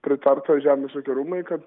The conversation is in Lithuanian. pritarta žemės ūkio rūmai kad